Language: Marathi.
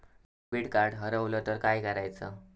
डेबिट कार्ड हरवल तर काय करायच?